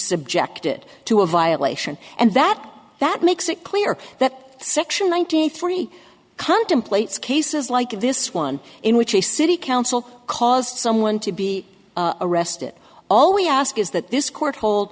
subjected to a violation and that that makes it clear that section one thousand three contemplates cases like this one in which a city council caused someone to be arrested all we ask is that this court hold